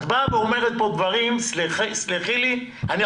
את באה ואומרת כאן דברים, תסלחי לי, סתם.